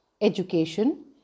education